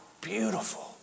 beautiful